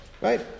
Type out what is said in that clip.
right